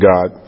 God